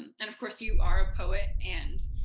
and and of course, you are a poet, and,